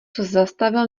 zastavil